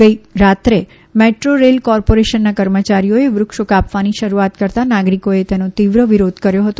ગઇરાત્રે metro rail કોર્પોરેશનના કર્મચારીઓએ વૃક્ષો કાપવાની શરૂઆત કરતા નાગરિકોએ તેનો તીવ્ર વિરોધ કર્યો હતો